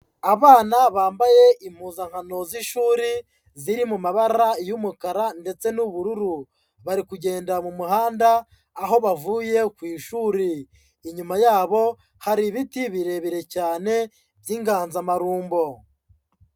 Abana bambaye impuzankano z'ishuri ziri mu mabara y'umukara ndetse n'ubururu, bari kugenda mu muhanda aho bavuye ku ishuri, inyuma yabo hari ibiti birebire cyane by'inganzamarumbo.